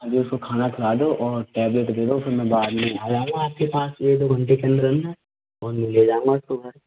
पहले उसको खाना खिला दो और टैबलेट दे दो फिर में बाद में आ जाऊंगा आपके पास एक दो घंटे के अंदर अंदर और मैं फिर ले जाऊंगा उस को घर